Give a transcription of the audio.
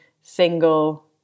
single